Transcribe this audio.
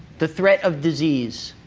the threat of disease,